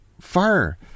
fire